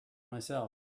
myself